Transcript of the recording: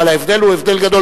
אבל ההבדל הוא הבדל גדול.